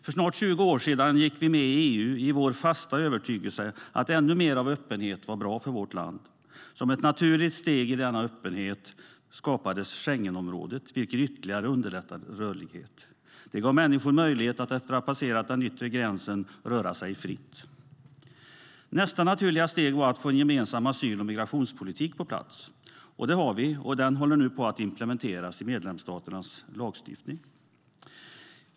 För snart 20 år sedan gick vi med i EU i vår fasta övertygelse att ännu mer av öppenhet var bra för vårt land. Som ett naturligt steg i denna öppenhet skapades Schengenområdet, vilket ytterligare underlättade rörlighet. Det gav människor möjlighet att, efter att de passerat den yttre gränsen, röra sig fritt. Nästa naturliga steg var att få en gemensam asyl och migrationspolitik på plats. Det har vi nu, och den håller nu på att implementeras i medlemsstaternas lagstiftning.